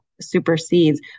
supersedes